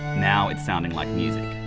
now it's sounding like music.